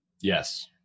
Yes